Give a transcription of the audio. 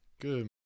Good